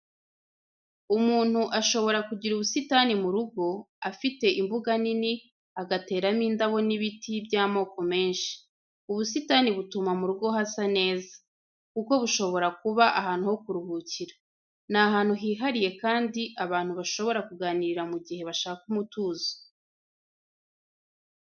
Umuntu ashobora kugira ubusitani mu rugo, afite imbuga nini, agateramo indabo n'ibiti by'amoko menshi. Ubusitani butuma mu rugo hasa neza, kuko bushobora kuba ahantu ho kuruhukira. Ni ahantu hihariye kandi abantu bashobora kuganirira mu gihe bashaka umutuzo.